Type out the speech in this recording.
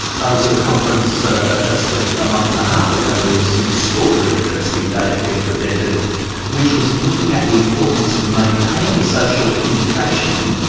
i was at a conference just ah a month and a half ago where there was some extraordinarily interesting data being presented which was looking at the importance of maintaining social communication,